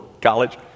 college